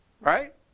right